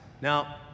now